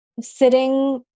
sitting